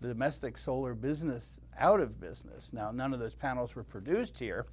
the domestic solar business out of business now none of those panels were produced here